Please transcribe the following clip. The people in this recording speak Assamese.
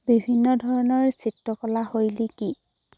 বিভিন্ন ধৰণৰ চিত্ৰকলা শৈলী কি